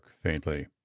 faintly